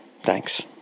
Thanks